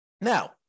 Now